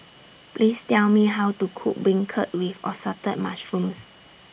Please Tell Me How to Cook Beancurd with Assorted Mushrooms